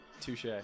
Touche